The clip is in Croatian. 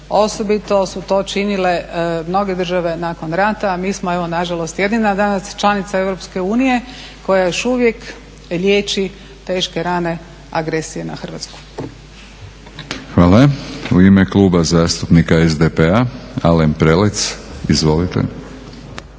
Osobito su to činile mnoge države nakon rata. Mi smo evo na žalost jedina danas članica EU koja još uvijek liječi teške rane agresije na Hrvatsku. **Batinić, Milorad (HNS)** Hvala. U ime Kluba zastupnika SDP-a, Alen Prelec. Izvolite.